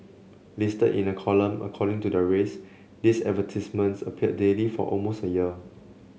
listed in a column according to their race these advertisements appeared daily for almost a year